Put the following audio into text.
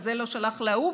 וזה לא שלח אל ההוא,